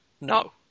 No